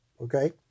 okay